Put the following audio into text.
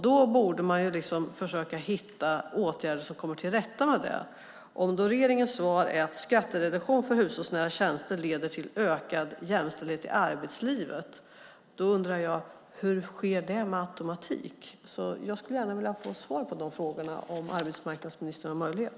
Då borde man försöka hitta åtgärder som kommer till rätta med det. Om då regeringens svar är att skattereduktion för hushållsnära tjänster leder till ökad jämställdhet i arbetslivet undrar jag hur det sker med automatik. Jag skulle gärna vilja få svar på de frågorna om arbetsmarknadsministern har möjlighet.